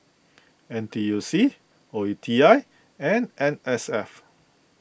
N T U C O E T I and M S F